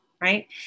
right